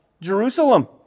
Jerusalem